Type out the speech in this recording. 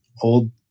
old